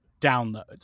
downloads